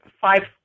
five